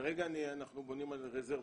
כרגע אנחנו בונים על רזרבות.